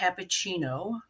cappuccino